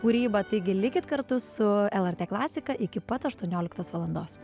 kūrybą taigi likit kartu su lrt klasika iki pat aštuonioliktos valandos